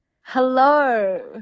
Hello